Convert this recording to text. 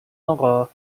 آقا